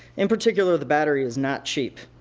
in particular the battery, is not cheap.